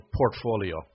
portfolio